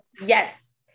Yes